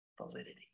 Validity